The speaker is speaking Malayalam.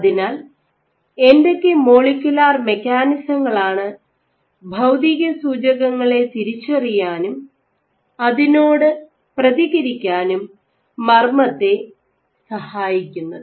അതിനാൽ എന്തൊക്കെ മോളിക്കുലാർ മെക്കാനിസങ്ങളാണ് ഭൌതിക സൂചകങ്ങളെ തിരിച്ചറിയാനും അതിനോട് പ്രതികരിക്കാനും മർമ്മത്തെ സഹായിക്കുന്നത്